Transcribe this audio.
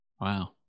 Wow